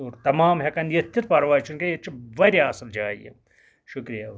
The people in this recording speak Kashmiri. تَمام ہیٚکَن یِتھ تہٕ پَرواے چھُنہِ کینٛہہ ییٚتہِ چھِ واریاہ اصٕل جاے یہٕ شُکریہ اوکے